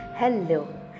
Hello